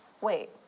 wait